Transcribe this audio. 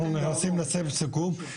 אנחנו נכנסים לסבב סיכום,